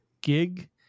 gig